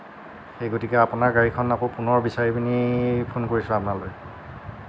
সেই গতিকে আপোনাৰ গাড়ীখন আকৌ পুনৰ বিচাৰি পিনি ফোন কৰিছোঁ আপোনালৈ